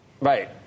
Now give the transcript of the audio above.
right